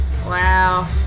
Wow